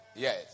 Yes